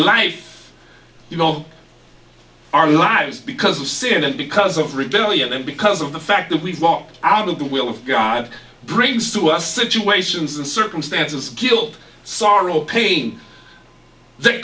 life you know our lives because of sin and because of rebellion and because of the fact that we've walked out of the will of god brings to us situations and circumstances of guilt sorrow pain that